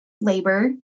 labor